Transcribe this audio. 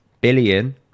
billion